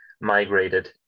migrated